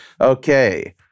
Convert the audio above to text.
Okay